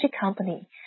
company